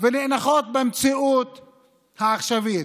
ונאנקות במציאות העכשווית.